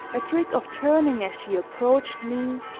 a trick of turning as she approached me,